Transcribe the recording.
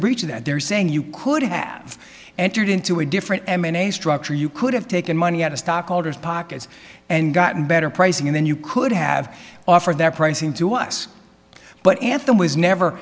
breach of that they're saying you could have entered into a different m n a structure you could have taken money out of stockholders pockets and gotten better pricing then you could have offered their pricing to us but anthem was never